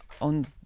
on